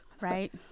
right